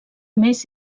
més